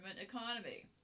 economy